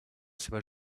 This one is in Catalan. seva